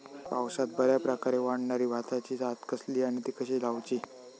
पावसात बऱ्याप्रकारे वाढणारी भाताची जात कसली आणि ती कशी लाऊची?